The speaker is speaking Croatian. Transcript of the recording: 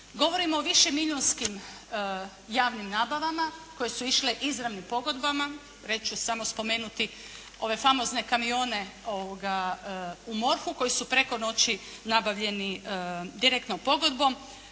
Govorimo o višemilijunskim javnim nabavama koje su išle izravnim pogodbama. Reći ću samo spomenuti ove famozne kamione u MORH-u koji su preko noći nabavljeni direktnom pogodbom.